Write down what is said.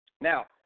Now